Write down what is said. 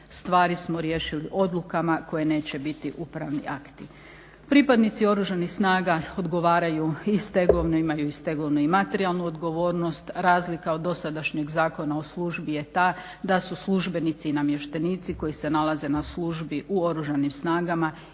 stvari smo riješili odlukama koje neće biti upravni akti. Pripadnici oružanih snaga odgovaraju i stegovno i imaju stegovnu i materijalnu odgovornost. Razlika od dosadašnjeg Zakona o službi je ta da su službenici i namještenici koji se nalaze na službi u oružanim snagama